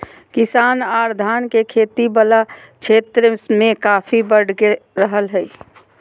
किसान आर धान के खेती वला क्षेत्र मे काफी बढ़ रहल हल